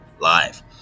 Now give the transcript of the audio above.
live